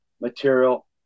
material